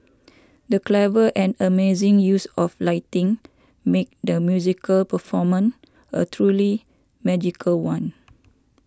the clever and amazing use of lighting made the musical performance a truly magical one